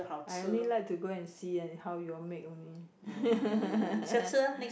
I only like to go and see and how you all make only